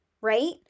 right